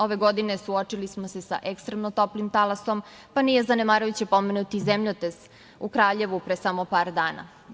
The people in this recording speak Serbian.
Ove godine suočili smo sa ekstremno toplim talasom, pa nije zanemarujuće pomenuti i zemljotres u Kraljevu pre samo par dana.